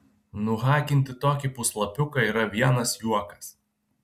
nuhakinti tokį puslapiuką yra vienas juokas